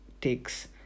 takes